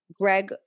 Greg